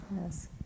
yes